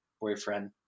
boyfriend